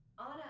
Anna